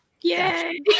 Yay